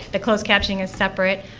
the closed captioning is separate.